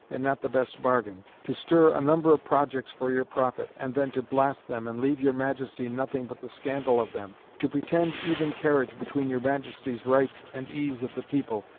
and not the best bargain to stir a number of projects for your profit, and then to blast them, and leave your majesty nothing but the scandal of them to pretend even carriage between your majesty's rights and ease of the people,